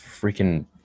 freaking